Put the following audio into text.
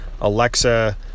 Alexa